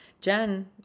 Jen